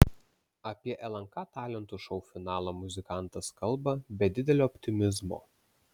apie lnk talentų šou finalą muzikantas kalba be didelio optimizmo